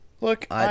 Look